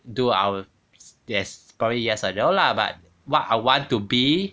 do I will yes probably yes or no lah but what I want to be